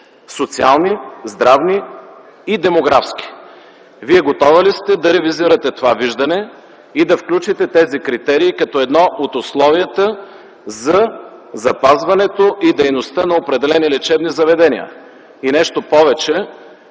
социални, здравни и демографски. Вие готова ли сте да ревизирате това виждане и да включите тези критерии като едно от условията за запазването и дейността на определени лечебни заведения? Нещо повече,